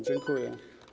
Dziękuję.